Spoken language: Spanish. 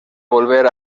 volver